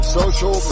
social